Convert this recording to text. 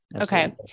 okay